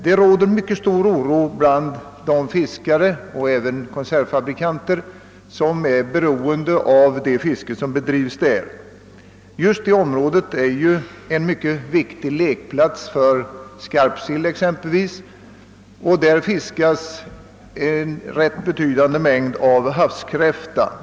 Det råder mycket stor oro bland de fiskare och även de konservfabrikanter som är beroende av det fiske som bedrivs där. Just detta område är en mycket viktig lekplats för exempelvis skarpsill, och där fiskas en rätt betydande mängd av havskräftor.